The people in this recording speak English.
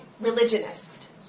religionist